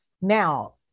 Now